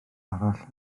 arall